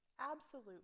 absolute